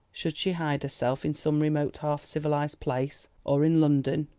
should she hide herself in some remote half-civilised place, or in london?